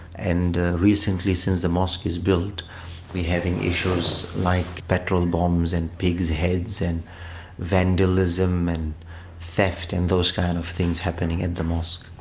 and recently since the mosque was built we're having issues like petrol bombs and pigs' heads and vandalism and theft and those kind of things happening at the mosque.